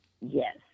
yes